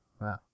Wow